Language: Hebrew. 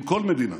עם כל מדינה,